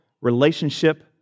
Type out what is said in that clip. relationship